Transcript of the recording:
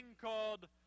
called